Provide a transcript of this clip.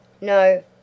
No